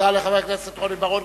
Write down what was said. תודה לחבר הכנסת רוני בר-און.